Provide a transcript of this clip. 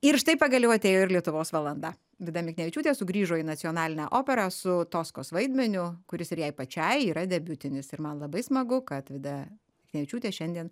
ir štai pagaliau atėjo ir lietuvos valanda vida miknevičiūtė sugrįžo į nacionalinę operą su toskos vaidmeniu kuris ir jai pačiai yra debiutinis ir man labai smagu kad vida knevičiūtė šiandien